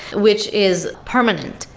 which is permanent.